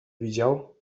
widział